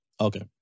Okay